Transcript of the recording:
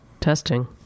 testing